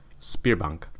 Spearbank